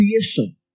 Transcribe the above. creation